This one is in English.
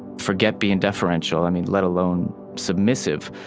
forget being deferential, i mean, let alone submissive.